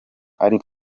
ariko